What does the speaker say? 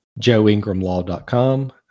JoeIngramLaw.com